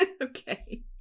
okay